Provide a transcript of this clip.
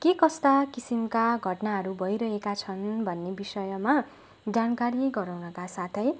के कस्ता किसिमका घटनाहरू भइरहेका छन् भन्ने विषयमा जानकारी गराउनका साथै